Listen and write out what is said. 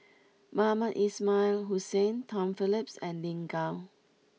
Mohamed Ismail Hussain Tom Phillips and Lin Gao